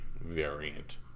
variant